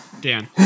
Dan